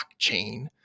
blockchain